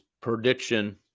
prediction